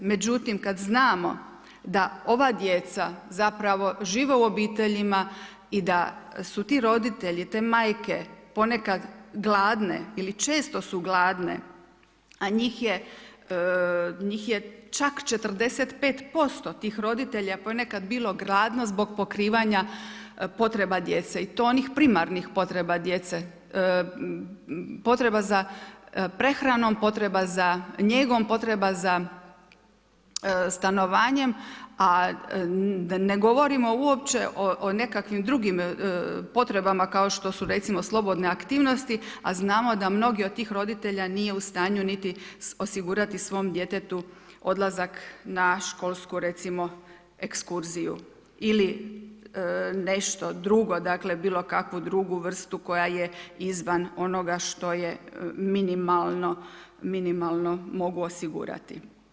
Međutim kada znamo da ova djeca žive u obiteljima i da su ti roditelji, te majke ponekad gladne ili često su gladne, a njih je čak 45% tih roditelja ponekad bilo gladno zbog pokrivanja potreba djece i to oni primarnih potreba djece, potreba za prehranom, potreba na njegom, potreba za stanovanjem, a da ne govorimo uopće o nekakvim drugim potrebama kao što su recimo slobodne aktivnosti, a znamo da mnoge od tih roditelja nije u stanju niti osigurati svom djetetu odlazak na školsku recimo ekskurziju ili nešto drugo, bilo kakvu drugu vrstu koja je izvan onoga što je minimalno mogu osigurati.